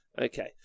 Okay